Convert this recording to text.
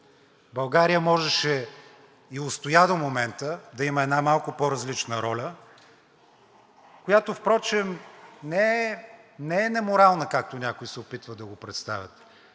България можеше и устоя до момента да има една малко по-различна роля, която, впрочем, не е неморална, както някои се опитват да я представят.